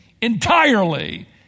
entirely